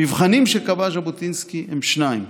המבחנים שקבע ז'בוטינסקי הם שניים: